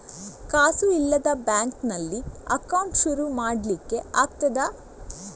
ಕಾಸು ಇಲ್ಲದ ಬ್ಯಾಂಕ್ ನಲ್ಲಿ ಅಕೌಂಟ್ ಶುರು ಮಾಡ್ಲಿಕ್ಕೆ ಆಗ್ತದಾ?